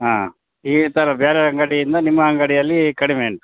ಹಾಂ ಈ ಥರ ಬೇರೆ ಅಂಗಡಿಯಿಂದ ನಿಮ್ಮ ಅಂಗಡಿಯಲ್ಲಿ ಕಡಿಮೆ ಉಂಟು